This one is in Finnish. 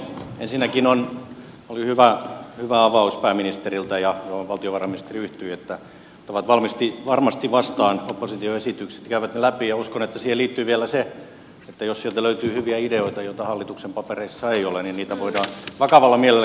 ensinnäkin oli hyvä avaus pääministeriltä johon valtiovarainministeri yhtyi että ottavat varmasti vastaan opposition esitykset käyvät ne läpi ja uskon että siihen liittyy vielä se että jos sieltä löytyy hyviä ideoita joita hallituksen papereissa ei ole niin niitä voidaan vakavalla mielellä käydä läpi